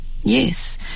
Yes